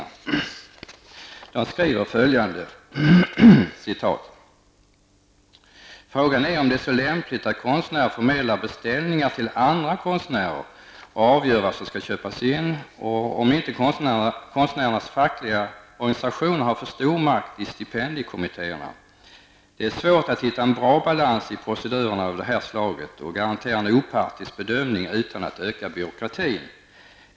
I rapporten skriver man: Frågan är om det är så lämpligt att konstnärer får förmedla beställningar till andra konstnärer och avgöra vad som skall köpas in och om inte konstnärers fackliga organisationer har för stor makt i stipendiekommittéerna. Det är svårt att hitta en bra balans i procedurerna av det här slaget och garantera en opartisk bedömning utan att öka byråkratin.